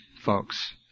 folks